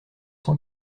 cent